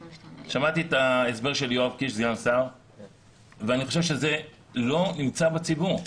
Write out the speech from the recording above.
שמעתי את ההסבר של סגן השר יואב קיש ואני חושב שזה לא ידוע לציבור.